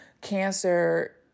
Cancer